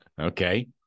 Okay